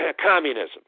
communism